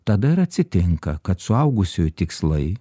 tada ir atsitinka kad suaugusiųjų tikslai